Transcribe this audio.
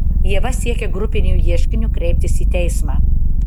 ieva siekia grupiniu ieškiniu kreiptis į teismą